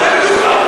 אל-אקצא של המוסלמים,